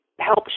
Help